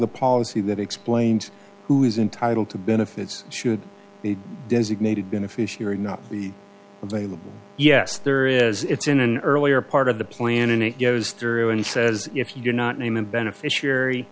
the policy that explained who is entitle to benefits should the designated beneficiary not be available yes there is it's in an earlier part of the plan and it goes through and says if you do not name a beneficiary